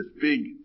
big